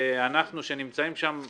ואנחנו שנמצאים שם,